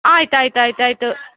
ಆಯ್ತು ಆಯ್ತು ಆಯ್ತು ಆಯಿತು